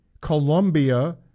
Columbia